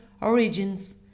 origins